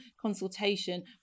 consultation